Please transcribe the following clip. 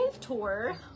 tour